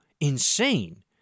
insane